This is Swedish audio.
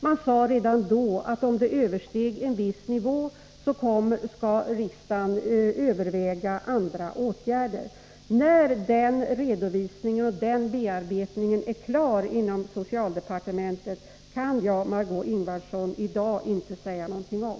Man sade redan då att om en viss nivå överskreds, skall riksdagen överväga andra åtgärder. När bearbetningen inom socialdepartementet är klar kan jag, Margö Ingvardsson, i dag inte säga någonting om.